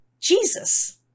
Jesus